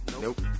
Nope